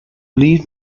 leave